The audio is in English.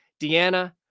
Deanna